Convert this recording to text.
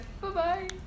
bye-bye